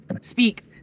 speak